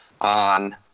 on